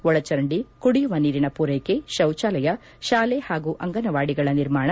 ಒಳಚರಂದಿ ಕುಡಿಯುವ ನೀರಿನ ಪೂರೈಕೆ ಶೌಚಾಲಯ ಶಾಲೆ ಹಾಗೂ ಅಂಗನವಾಡಿಗಳ ನಿರ್ಮಾಣ